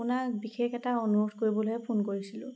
আপোনাক বিশেষ এটা অনুৰোধ কৰিবলৈহে ফোন কৰিছিলোঁ